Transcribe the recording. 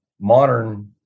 modern